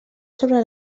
sobre